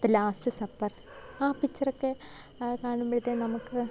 ഇപ്പം last supper ആ പിച്ചറൊക്കെ കാണുമ്പോഴ്ത്തേനും നമുക്ക്